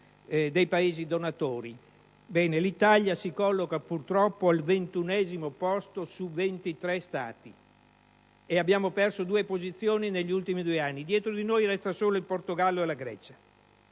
dei Paesi donatori: ebbene, l'Italia si colloca purtroppo al 21° posto su 23 Stati e abbiamo perso due posizioni negli ultimi due anni. Dietro di noi restano solo il Portogallo e la Grecia.